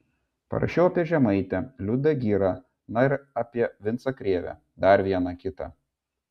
parašiau apie žemaitę liudą girą na ir apie vincą krėvę dar vieną kitą